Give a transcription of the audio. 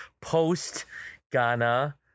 post-Ghana